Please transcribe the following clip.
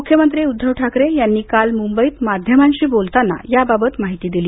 मुख्यमंत्री उद्धव ठाकरे यांनी काल मुंबईत माध्यमांशी बोलाताना याबाबत माहिती दिली